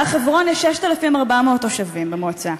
בהר-חברון יש 6,400 תושבים במועצה.